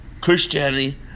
Christianity